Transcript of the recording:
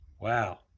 Wow